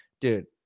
dude